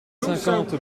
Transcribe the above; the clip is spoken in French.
cinquante